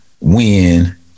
win